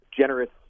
generous